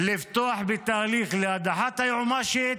זה לפתוח בתהליך להדחת היועמ"שית,